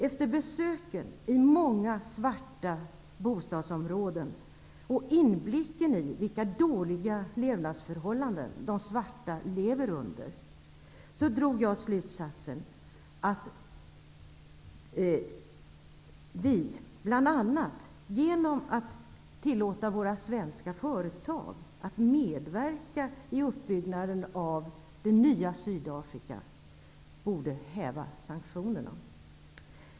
Efter besöken i många av de svarta bostadsområdena, och inblicken i de dåliga levnadsförhållanden många svarta lever under, kom jag fram till att vi borde häva sanktionerna och bl.a. tillåta våra svenska företag att medverka i uppbyggnaden av det nya Sydafrika.